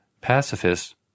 Pacifists